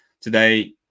Today